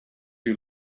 you